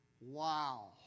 Wow